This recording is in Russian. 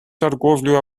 торговлю